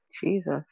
Jesus